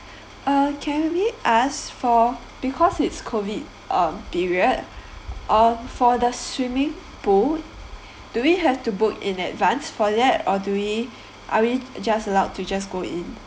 uh can maybe ask for because it's COVID uh period um for the swimming pool do we have to book in advance for that or do we are we just allowed to just go in